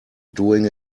doing